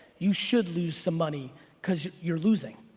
you should lose some money cause you're losing.